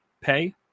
Pay